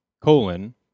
colon